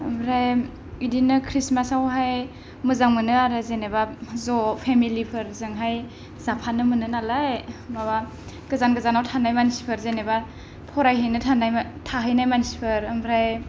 ओमफ्राय बिदिनो खृष्टमासआवहाय मोजां मोनो आरो जेन'बा ज' फेमिलिफोरजोंहाय जाफानो मोनो नालाय माबा गोजान गोजानाव थानाय मानसिफोर जेन'बा फरायहैनो थानाय थाहैनाय मानसिफोर ओमफ्राय